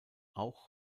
auch